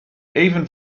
even